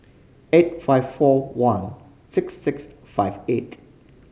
eight five four one six six five eight